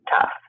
tough